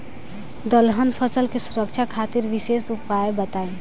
दलहन फसल के सुरक्षा खातिर विशेष उपाय बताई?